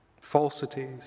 falsities